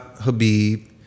Habib